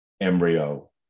embryo